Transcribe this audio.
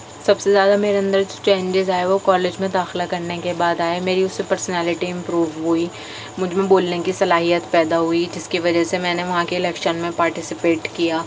سب سے زیادہ میرے اندر چینجیز آئے وہ کالج میں داخلہ کرنے کے بعد آئے میری اس سے پرسنالٹی امپروو ہوئی مجھ میں بولنے کی صلاحیت پیدا ہوئی جس کی وجہ سے میں نے وہاں کے الیکشن میں پارٹیسپیٹ کیا